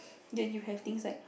then you have things like